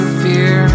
fear